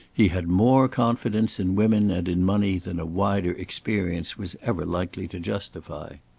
he had more confidence in women and in money than a wider experience was ever likely to justify.